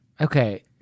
Okay